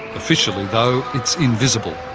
officially, though, it's invisible.